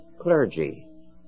clergy